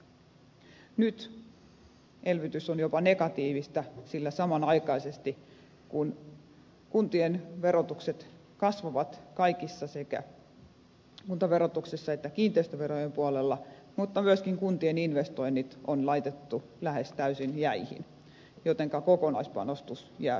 nyt elvytys on jopa negatiivista sillä samanaikaisesti kun kuntien verotus kasvaa sekä kuntaverotuksen että kiinteistöverojen puolella myöskin kuntien investoinnit on laitettu lähes täysin jäihin jotenka kokonaispanostus jää hyvin heikolle